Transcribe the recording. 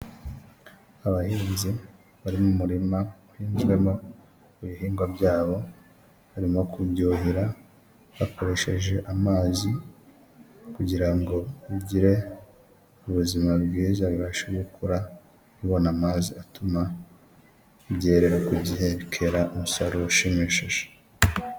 Abahinzi bari mu murima uhinzwemo ibihingwa byabo, barimo kubyuhira bakoresheje amazi kugira ngo bigire ubuzima bwiza, bibashe gukura bibona amazi atuma byerera ku gihe, bikera umusaruro ushimishije.